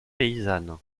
paysanne